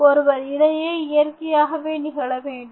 ஒருவர் இடையே இயற்கையாகவே நிகழவேண்டும்